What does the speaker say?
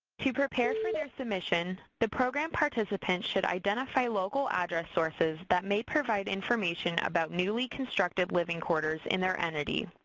to prepare for their submission, the program participant should identify local address sources that may provide information about newly constructed living quarters in their entity.